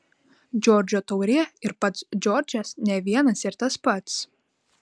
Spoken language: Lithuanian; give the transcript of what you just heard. džordžo taurė ir pats džordžas ne vienas ir tas pats